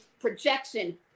projection